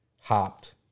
hopped